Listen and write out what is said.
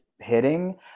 hitting